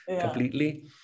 completely